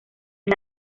bin